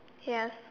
yes